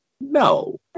No